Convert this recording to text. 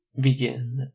begin